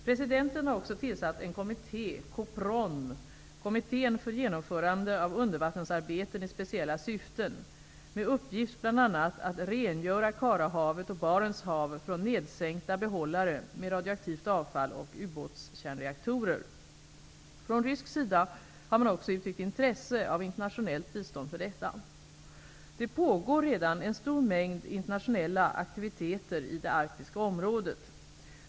Presidenten har också tillsatt en kommitté, KOPRON, Kommittén för genomförande av undervattensarbeten i speciella syften, med uppgift bl.a. att ''rengöra Karahavet och Barents hav från nedsänkta behållare med radioaktivt avfall och ubåtskärnreaktorer''. Från rysk sida har man också uttryckt intresse av internationellt bistånd för detta. Det pågår redan en stor mängd internationella aktiviteter i det arktiska området.